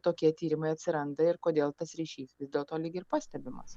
tokie tyrimai atsiranda ir kodėl tas ryšys vis dėlto lyg ir pastebimas